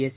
S